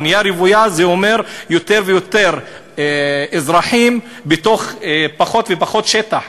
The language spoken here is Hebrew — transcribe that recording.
בנייה רוויה זה אומר יותר ויותר אזרחים בתוך פחות ופחות שטח,